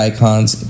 Icon's